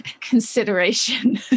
consideration